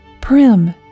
Prim